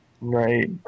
Right